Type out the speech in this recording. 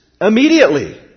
immediately